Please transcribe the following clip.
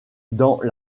dans